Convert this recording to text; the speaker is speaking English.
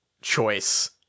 choice